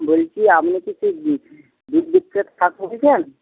বলছি আপনি কি সেই দুধ বলছেন